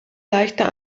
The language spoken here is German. leichter